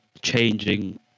Changing